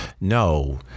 No